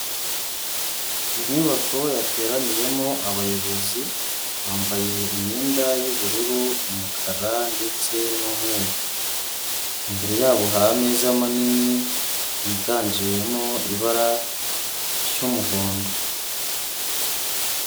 Inyubako yateraniyemo abayobozi bambaye imyenda y'ubururu umukara ndetse n'umweru, imbere yabo hari ameza manini yiganjeyemo ibara ry'umuhondo.